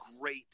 great